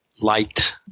light